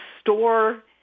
store